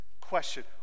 question